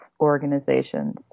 organizations